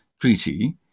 treaty